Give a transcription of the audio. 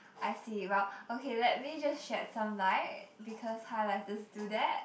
I see well okay let me just shed some light because highlighters do that